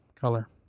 color